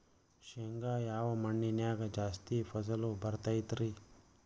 ಶೇಂಗಾ ಯಾವ ಮಣ್ಣಿನ್ಯಾಗ ಜಾಸ್ತಿ ಫಸಲು ಬರತೈತ್ರಿ?